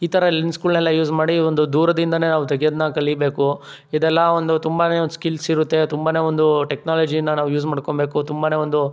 ಈ ಥರ ಲೆನ್ಸ್ಗಳನ್ನೆಲ್ಲ ಯೂಸ್ ಮಾಡಿ ಒಂದು ದೂರದಿಂದಲೇ ನಾವು ತೆಗಿಯೋದನ್ನ ಕಲಿಬೇಕು ಇದೆಲ್ಲ ತುಂಬನೇ ಒಂದು ಸ್ಕಿಲ್ಸ್ ಇರುತ್ತೆ ತುಂಬನೇ ಒಂದು ಟೆಕ್ನಾಲಜಿನ ನಾವು ಯೂಸ್ ಮಾಡ್ಕೊಳ್ಬೇಕು ತುಂಬನೇ ಒಂದು